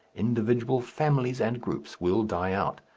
individual families and groups will die out,